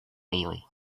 bailey